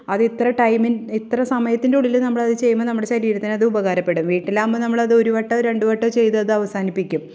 അതിത്ര ടൈമി ഇത്ര സമയത്തിൻ്റെ ഉള്ളിൽ നമ്മൾ അത് ചെയ്യുമ്പോൾ നമ്മുടെ ശരീരത്തിന് അത് ഉപകാരപ്പെടും വീട്ടിലാവുമ്പോൾ നമ്മൾ അത് ഒരു വട്ടമോ രണ്ടു വട്ടമോ ചെയ്ത് അത് അവസാനിപ്പിക്കും